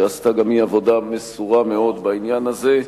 שעשתה גם היא עבודה מסורה מאוד בעניין הזה,